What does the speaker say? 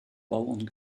bauern